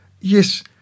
yes